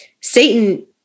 Satan